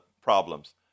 problems